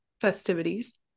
festivities